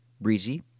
breezy